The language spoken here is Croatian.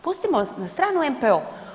Pustimo na stranu MPO.